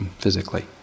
physically